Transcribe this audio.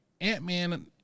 Ant-Man